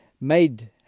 made